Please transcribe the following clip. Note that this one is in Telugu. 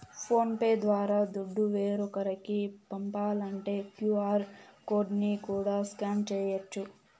ఫోన్ పే ద్వారా దుడ్డు వేరోకరికి పంపాలంటే క్యూ.ఆర్ కోడ్ ని కూడా స్కాన్ చేయచ్చు